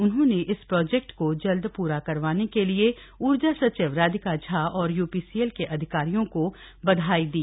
उन्होंने इस प्रोजक्ट को जल्द पूरा करवाने के लिए ऊर्जा सचिव राधिका झा और यूपीसीएल के अधिकारियों को बधाई दी